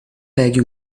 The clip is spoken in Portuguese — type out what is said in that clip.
pegue